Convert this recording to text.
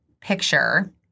picture